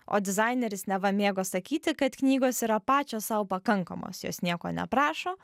o dizaineris neva mėgo sakyti kad knygos yra pačios sau pakankamos jos nieko neprašo